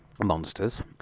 monsters